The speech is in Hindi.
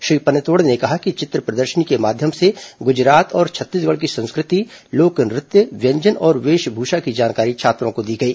श्री पनतोड़े ने कहा कि चित्र प्रदर्शनी के माध्यम से गुजरात और छत्तीसगढ़ की संस्कृति लोक नृत्य व्यंजन और वेशभूषा की जानकारी छात्रों को दी गई